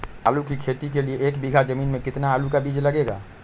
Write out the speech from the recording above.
आलू की खेती के लिए एक बीघा जमीन में कितना आलू का बीज लगेगा?